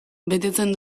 betetzen